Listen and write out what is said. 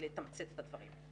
לתמצת את הדברים.